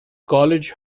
college